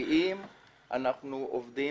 אם אנחנו עובדים